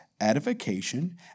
edification